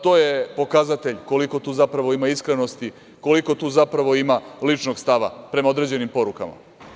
To je pokazatelj koliko tu zapravo ima iskrenosti, koliko tu zapravo ima ličnog stava prema određenim porukama.